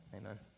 amen